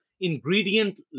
ingredient